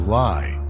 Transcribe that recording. lie